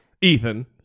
Ethan